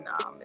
nah